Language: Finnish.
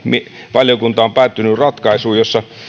valiokunta on päätynyt ratkaisuun jossa